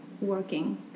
Working